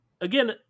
again